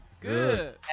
Good